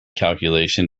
calculation